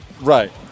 Right